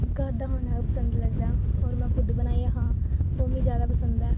घर दा खाना गै पसंद लगदा होर में खुद बनाइयै खांऽ ओह् मिगी जादा पसंद ऐ